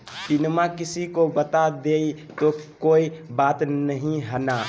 पिनमा किसी को बता देई तो कोइ बात नहि ना?